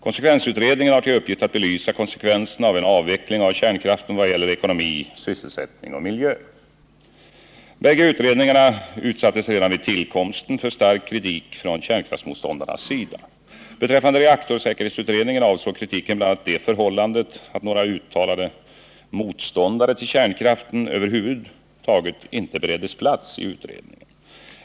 Konsekvensutredningen har till uppgift att belysa konsekvenserna av en avveckling av kärnkraften vad gäller ekonomi, sysselsättning och miljö. Bägge utredningarna utsattes redan vid tillkomsten för stark kritik från kärnkraftsmotståndarnas sida. Beträffande reaktorsäkerhetsutredningen avsåg kritiken bl.a. det förhållandet att några uttalade motståndare till kärnkraften över huvud taget inte bereddes plats i utredningen.